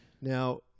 Now